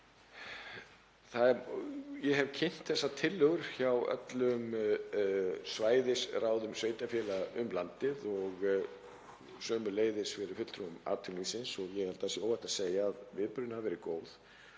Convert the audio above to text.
Ég hef kynnt þessar tillögur hjá öllum svæðisráðum sveitarfélaga um landið og sömuleiðis fyrir fulltrúum atvinnulífsins og ég held að það sé óhætt að segja að viðbrögðin hafi verið góð.